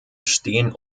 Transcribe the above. stehen